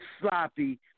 sloppy